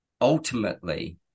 ultimately